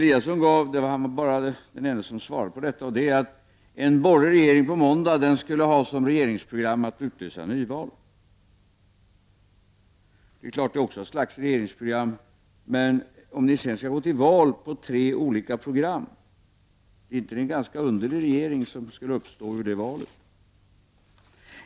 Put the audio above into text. Ingemar Eliasson var den ende som svarade på detta, och han sade att en borgerlig regering på måndag skulle ha som regeringsprogram att utlysa nyval. Det är ju också ett slags regeringsprogram, men om ni sedan skall gå till val på tre olika program — skulle det inte vara en ganska underlig regering som skulle uppstå ur detta val?